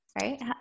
right